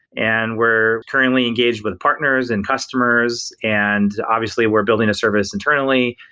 and we're currently engaged with partners and customers and obviously we're building a service internally.